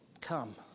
Come